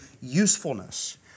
usefulness